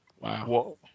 Wow